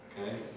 Okay